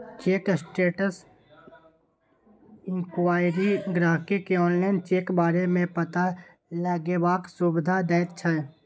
cheque status enquiry गाहिंकी केँ online check बारे मे पता लगेबाक सुविधा दैत छै